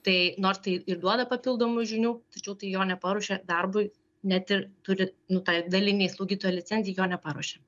tai nors tai ir duoda papildomų žinių tačiau tai jo neparuošia darbui net ir turi nu tai dalinei slaugytojo licenzijai jo neparuošia